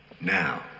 now